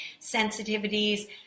sensitivities